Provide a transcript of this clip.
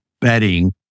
bedding